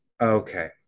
okay